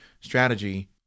strategy